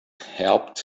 helped